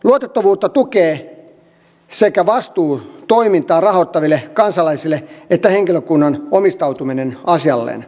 luotettavuutta tukee sekä vastuu toimintaa rahoittaville kansalaisille että henkilökunnan omistautuminen asialleen